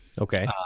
okay